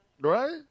right